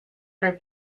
for